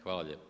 Hvala lijepo.